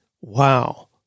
Wow